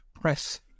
press